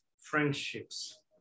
friendships